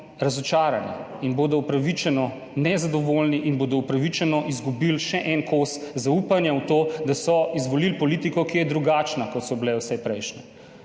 razočarani in bodo upravičeno nezadovoljni in bodo upravičeno izgubili še en kos zaupanja v to, da so izvolili politiko, ki je drugačna, kot so bile vse prejšnje.